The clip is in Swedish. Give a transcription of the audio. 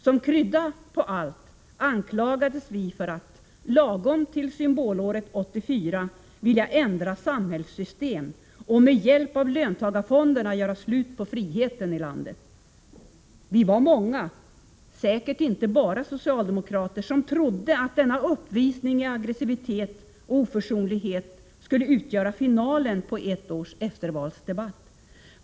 Som krydda på allt anklagades vi för att — lagom till symbolåret 1984 — vilja ändra samhällssystem och med hjälp av löntagarfonderna göra slut på friheten i landet. Vi var många — säkert inte bara socialdemokrater — som trodde att denna uppvisning i aggressivitet och oförsonlighet skulle utgöra finalen på ett års eftervalsdebatt.